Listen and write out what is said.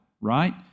right